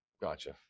Gotcha